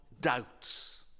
doubts